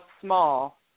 small